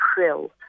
krill